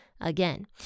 again